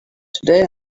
today